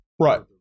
Right